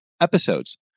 episodes